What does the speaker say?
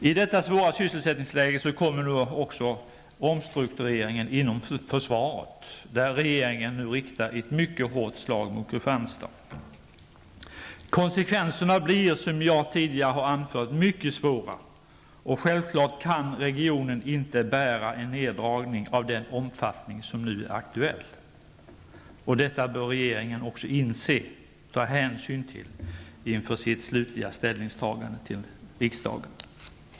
I detta svåra sysselsättningsläge kommer också omstruktureringen inom försvaret, där regeringen nu riktar ett hårt slag mot Kristianstad. Konsekvenserna blir, som jag tidigare har anfört, mycket svåra och självklart kan regionen inte bära en neddragning av den omfattning som nu är aktuell. Detta bör regeringen också inse och ta hänsyn till inför sitt slutliga ställningstagande.